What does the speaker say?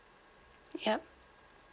yup